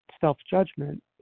self-judgment